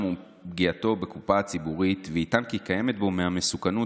ופגיעתו בקופה הציבורית ויטען כי קיימת בו מהמסוכנות